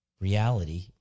reality